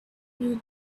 new